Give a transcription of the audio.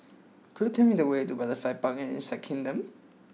could you tell me the way to Butterfly Park and Insect Kingdom